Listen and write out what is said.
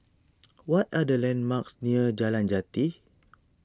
what are the landmarks near Jalan Jati